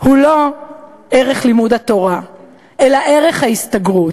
אינו ערך לימוד התורה אלא ערך ההסתגרות.